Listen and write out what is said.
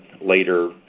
later